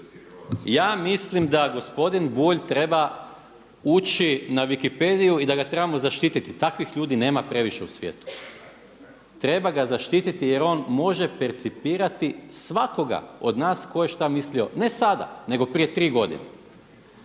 Ja mislim da gospodin Bulj treba ući na Wikipediju i da ga trebamo zaštititi. Takvih ljudi nema previše u svijetu. Treba ga zaštititi jer on može percipirati svakoga od nas tko je šta mislio, ne sada, nego prije tri godine.